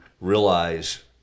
realize